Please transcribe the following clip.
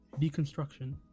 deconstruction